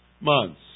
months